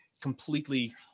completely